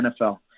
NFL